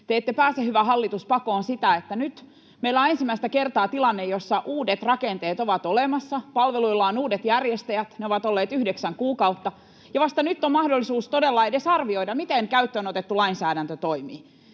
Te ette pääse, hyvä hallitus, pakoon sitä, että nyt meillä on ensimmäistä kertaa tilanne, jossa uudet rakenteet ovat olemassa, palveluilla on uudet järjestäjät, ne ovat olleet yhdeksän kuukautta, ja vasta nyt on mahdollisuus todella edes arvioida, miten käyttöön otettu lainsäädäntö toimii.